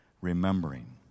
remembering